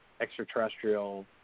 extraterrestrial